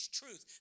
truth